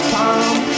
time